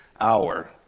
hour